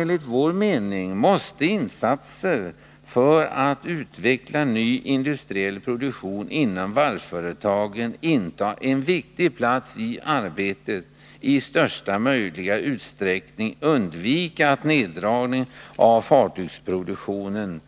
Enligt vår mening måste insatser för att utveckla ny industriell produktion inom varvsföretagen inta en viktig plats i arbetet för att i största möjliga utsträckning undvika att neddragningen av fartygsproduktionen